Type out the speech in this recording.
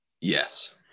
Yes